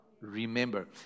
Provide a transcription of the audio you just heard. Remember